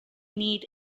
need